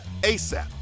ASAP